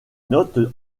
notes